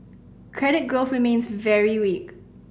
credit growth remains very weak